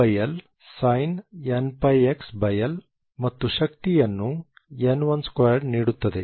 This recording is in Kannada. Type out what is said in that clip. ಮತ್ತು ಶಕ್ತಿಯನ್ನು n12 ನೀಡುತ್ತದೆ